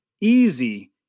easy